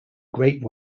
great